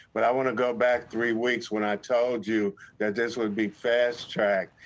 but i want to go back three weeks when i told you that this would be fast tracked,